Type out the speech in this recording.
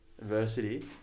adversity